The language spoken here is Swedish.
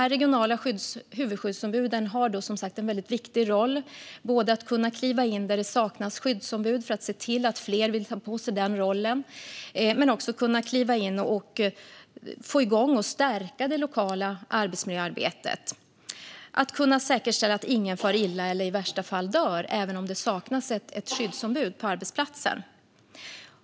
De regionala huvudskyddsombuden har som sagt en väldigt viktig roll både när det gäller att kliva in där det saknas skyddsombud och se till att fler vill ta på sig den rollen och när det gäller att få igång och stärka det lokala arbetsmiljöarbetet. Det handlar om att kunna säkerställa att ingen far illa eller i värsta fall dör även om det saknas ett skyddsombud på arbetsplatsen.